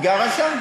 אני לא גרה שם.